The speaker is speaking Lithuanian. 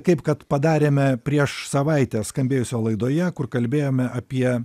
kaip kad padarėme prieš savaitę skambėjusio laidoje kur kalbėjome apie